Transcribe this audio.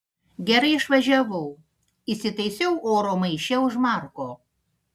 gerai išvažiavau įsitaisiau oro maiše už marko